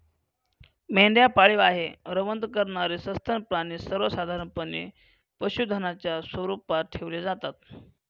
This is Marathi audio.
मेंढ्या पाळीव आहे, रवंथ करणारे सस्तन प्राणी सर्वसाधारणपणे पशुधनाच्या स्वरूपात ठेवले जातात